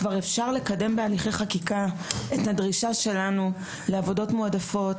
אפשר לקיים בהליכי חקיקה את הדרישה שלנו לעבודות מועדפות,